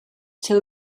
till